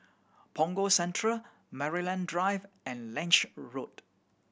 Punggol Central Maryland Drive and Lange Road